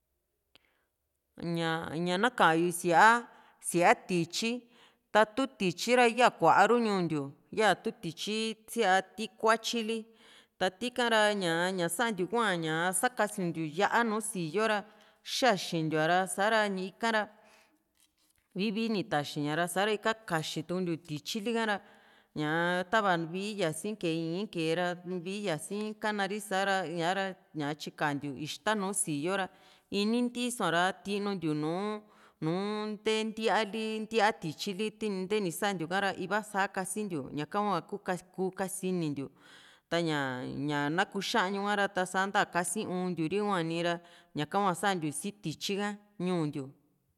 ñaa ña nakayu síaa sia tityi ta tu tityi ra ya kuaru ñuu ntiu ya tu tityi siaa ti kuatyili ta ti´ka ra ña santiu hua ñaa sakasuntiu yá´a nùù sii´yo ra xaxintiu ña sa´ra ikara vii vii ni taxi ña ra sa´ra ika kaxituntiu tityili ka´ra ñaa tava vii yasi kee ii´n kee ra vii yasi kanari sa´ra ñaa ra tyikantiu ixta nùù sii´yo ra ini ntiiso´a ra tinuntiu nu nu nte ntíaali ntíaa tityili ntee ni san´ntiu ha´ra iva saa kasintiu ñaka hua ku kasinintiu ta´ña ña na kuxañu ka´ra nta kasi unn´ntiu ri huani ra ñaka hua santiu sim tityi ka ñuu ntiu